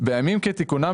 "בימים כתיקונם,